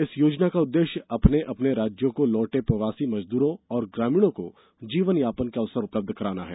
इस योजना का उद्देश्य अपने अपने राज्यों को लौटे प्रवासी मजदूरों और ग्रामीणों को जीवन यापन के अवसर उपलब्ध कराना है